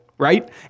Right